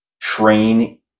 train